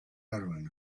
heroine